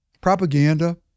Propaganda